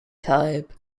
type